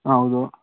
ಹಾಂ ಹೌದು